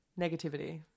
Negativity